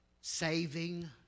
saving